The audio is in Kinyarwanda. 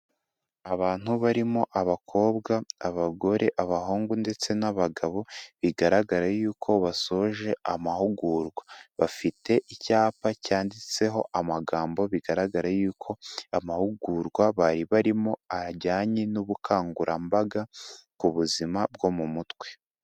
Abantu barimo abakobwa, abagore abahungu ndetse n'abagabo bigaragara yuko basoje amahugurwa, bafite icyapa cyanditseho amagambo, bigaragara yuko amahugurwa bari barimo ajyanye n'ubukangurambaga, ku buzima bwo mu mutwe.